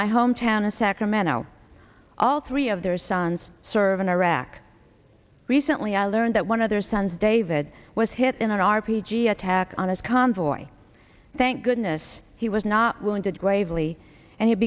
my hometown of sacramento all three of their sons serve in iraq recently i learned that one of their sons david was hit in an r p g attack on his convoy thank goodness he was not wounded gravely and he